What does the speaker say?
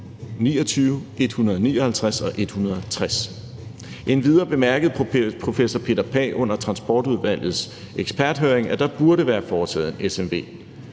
29, 159 og 160. Endvidere bemærkede professor Peter Pagh under Transportudvalgets eksperthøring, at der burde være foretaget en SMV.